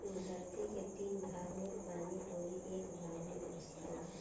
धरती के तीन भाग में पानी अउरी एक भाग में स्थल बा